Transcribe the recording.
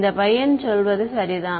இந்த பையன் சொல்வது சரிதான்